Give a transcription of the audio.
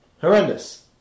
Horrendous